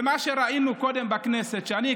מה שראינו קודם בכנסת הוא שאני,